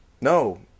No